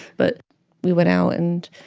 but we went out. and